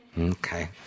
Okay